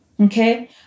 Okay